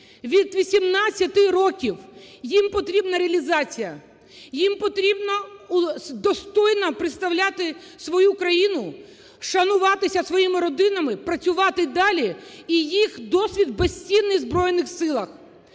від 18 років, їм потрібна реалізація, їм потрібно достойно представляти свою країну, шануватися своїми родинами, працювати далі і їх досвід безцінний в Збройних Силах.